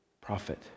Prophet